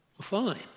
Fine